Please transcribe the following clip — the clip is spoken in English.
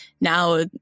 now